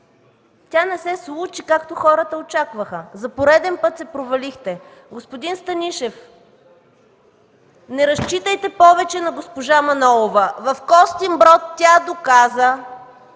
тя не се случи, както хората очакваха. За пореден път се провалихте. Господин Станишев, не разчитайте повече на госпожа Манолова. В Костинброд тя доказа,